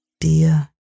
Dear